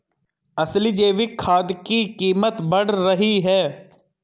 असली जैविक खाद की कीमत बढ़ रही है